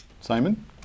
Simon